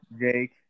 Jake